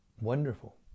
Wonderful